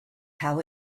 how